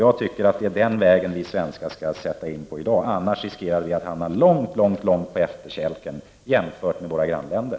Jag tycker att det är den vägen som vi svenskar i dag skall slå in på. Annars riskerar vi att hamna mycket långt på efterkälken jämfört med våra grannländer.